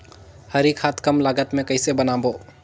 हरी खाद कम लागत मे कइसे बनाबो?